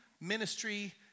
ministry